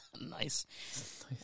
Nice